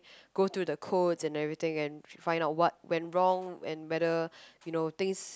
go to the codes and everything and find out what went wrong and whether you know things